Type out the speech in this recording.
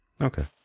Okay